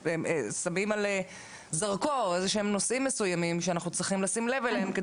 תשימו זרקור על נושאים מסוימים שאנחנו צריכים לשים לב אליהם.